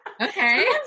Okay